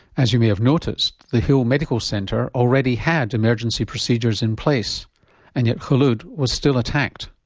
as you may have noticed, the hill medical centre already had emergency procedures in place and yet khulod was still attacked.